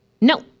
no